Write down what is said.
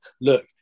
look